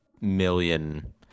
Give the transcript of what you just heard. million